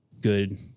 good